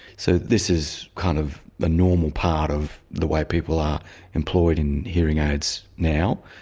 so this is kind of the normal part of the way people are employed in hearing aids now.